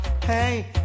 Hey